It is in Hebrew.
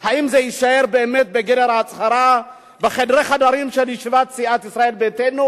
האם זה יישאר באמת בגדר הצהרה בחדרי-חדרים של ישיבת סיעת ישראל ביתנו,